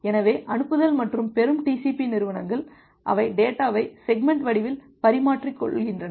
எனவே அனுப்புதல் மற்றும் பெறும் TCP நிறுவனங்கள் அவை டேட்டாவை செக்மெண்ட் வடிவில் பரிமாறிக்கொள்கின்றன